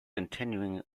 continuing